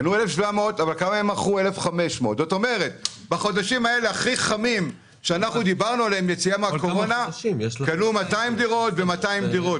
ומכרו 1,500. בחודשים הכי חמים קנו 200 דירות ו-200 דירות.